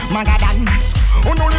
Magadan